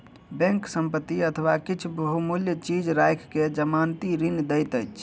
bank संपत्ति अथवा किछ बहुमूल्य चीज राइख के जमानती ऋण दैत अछि